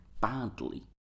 badly